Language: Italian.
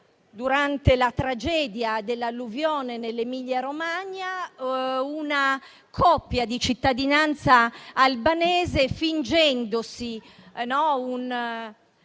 durante la tragedia dell'alluvione in Emilia-Romagna, una coppia di cittadinanza albanese, fingendosi